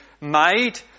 made